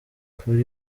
kuri